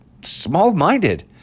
small-minded